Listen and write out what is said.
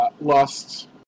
lost